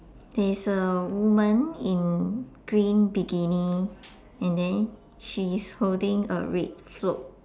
there is a woman in green bikini and then she is holding a red float